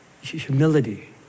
humility